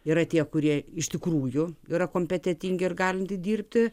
yra tie kurie iš tikrųjų yra kompetentingi ir galinti dirbti